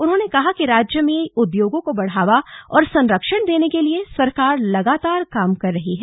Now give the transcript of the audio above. उन्होंने कहा कि राज्य में उद्योगों को बढ़ावा और संरक्षण देने के लिए सरकार लगातार काम कर ही है